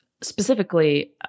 Specifically